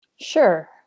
Sure